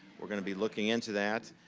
we're going to be looking into that.